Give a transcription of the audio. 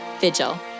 Vigil